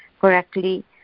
correctly